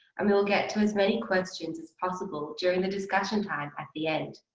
and we will get to as many questions as possible during the discussion time at the end.